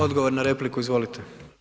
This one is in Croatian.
Odgovor na repliku, izvolite.